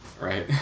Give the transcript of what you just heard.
Right